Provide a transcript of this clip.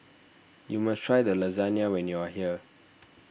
you must try Lasagne when you are here